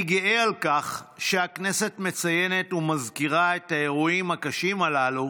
אני גאה על כך שהכנסת מציינת ומזכירה את האירועים הקשים הללו